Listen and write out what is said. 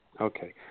Okay